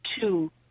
two